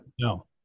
no